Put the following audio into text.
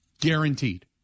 Guaranteed